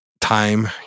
time